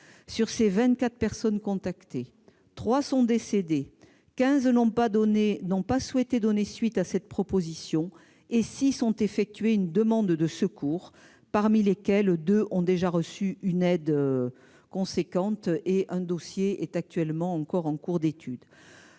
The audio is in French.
Sur les 24 personnes contactées, 3 sont décédées, 15 n'ont pas souhaité donner suite à cette proposition et 6 ont effectué une demande de secours ; parmi ces dernières, 2 ont déjà reçu une aide importante. Enfin, un dossier est encore en cours d'étude.